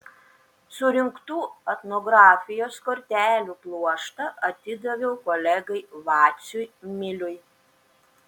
surinktų etnografijos kortelių pluoštą atidaviau kolegai vaciui miliui